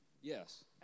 Yes